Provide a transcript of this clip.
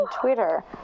Twitter